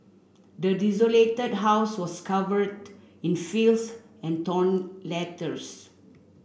the desolated house was covered in filth and torn letters